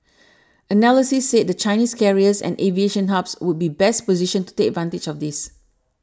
analysts said the Chinese carriers and aviation hubs would be best positioned to take advantage of this